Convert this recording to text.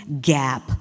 gap